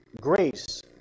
grace